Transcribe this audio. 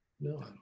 no